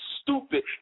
stupid